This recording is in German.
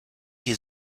die